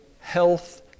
health